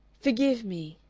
forgive me,